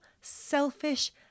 selfish